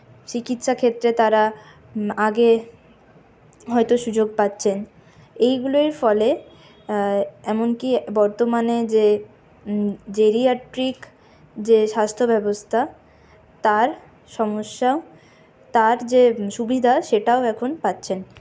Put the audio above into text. চিকিৎসাক্ষেত্রে তারা আগে হয়তো সুযোগ পাচ্ছেন এইগুলোর ফলে এমনকি বর্তমানে যে যে স্বাস্থ্যব্যবস্থা তার সমস্যা তার যে সুবিধা সেটাও এখন পাচ্ছেন